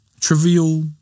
trivial